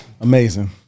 Amazing